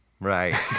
Right